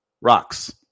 rocks